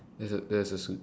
there's a there is a su~